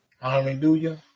Hallelujah